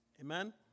amen